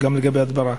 וגם לגבי הדברה.